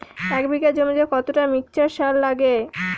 এক বিঘা জমিতে কতটা মিক্সচার সার লাগে?